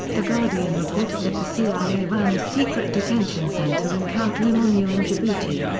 the guardian reported that the cia ran a secret detention center in camp lemonnier in djibouti,